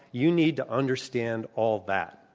you need to understand all that.